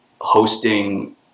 hosting